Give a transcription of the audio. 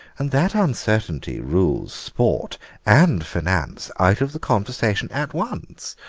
and that uncertainty rules sport and finance out of the conversation at once.